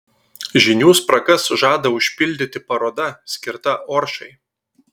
žinių spragas žada užpildyti paroda skirta oršai